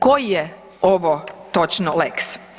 Koji je ovo točno lex?